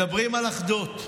מדברים על אחדות.